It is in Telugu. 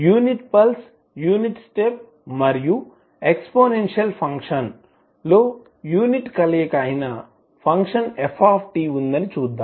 యూనిట్ పల్స్ యూనిట్ స్టెప్ మరియు ఎక్స్పోనెన్షియల్ ఫంక్షన్లో యూనిట్ కలయిక అయిన ఫంక్షన్ f ఉందని చూద్దాం